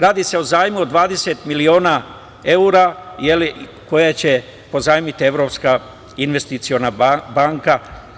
Radi se o zajmu od 20 miliona evra, koje će pozajmiti Evropska investiciona banka.